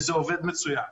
וזה עובד מצוין.